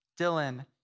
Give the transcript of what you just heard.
Dylan